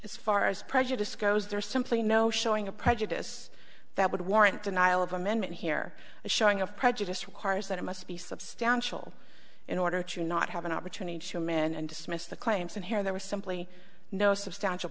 as far as prejudice goes there is simply no showing of prejudice that would warrant denial of amendment here a showing of prejudiced cars that it must be substantial in order to not have an opportunity to man and dismiss the claims and here there was simply no substantial